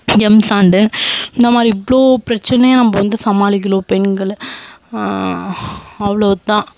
M சாண்டு இந்த மாதிரி இவ்வளோ பிரச்சினைய நம்ம வந்து சமாளிக்கிலும் பெண்கள் அவ்வளோ தான்